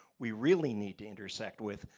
we really need to intersect with.